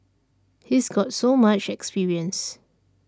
he's got so much experience